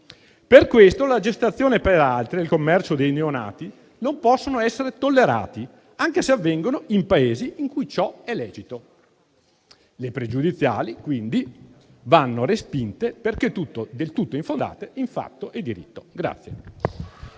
Per questo la gestazione per altri e il commercio dei neonati non possono essere tollerati, anche se avvengono in Paesi in cui ciò è lecito. Le pregiudiziali quindi vanno respinte, perché tutto del tutto infondate in fatto e in diritto.